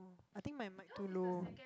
oh I think my mic too low